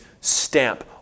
stamp